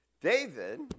David